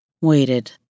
waited